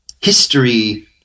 history